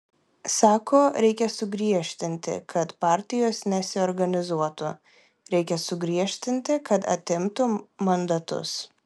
sako reikia sugriežtinti kad partijos nesiorganizuotų reikia sugriežtinti kad atimtų mandatus